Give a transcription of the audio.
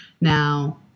Now